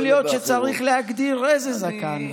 יכול להיות שצריך להגדיר איזה זקן,